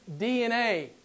DNA